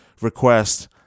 request